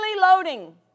loading